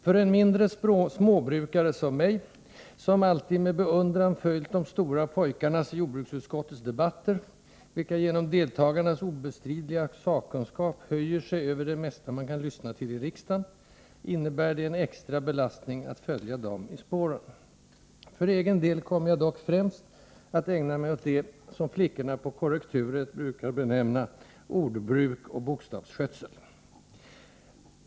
För en mindre småbrukare som mig —- som alltid med beundran följt de stora pojkarnas i jordbruksutskottet debatter, vilka genom deltagarnas obestridliga sakkunskap höjer sig över det mesta man kan lyssna till i riksdagen — innebär det en extra belastning att följa dem i spåren. För egen del kommer jag dock främst att ägna mig åt det som flickorna på korrekturet brukar benämna ”ordbruk och bokstavsskötsel”.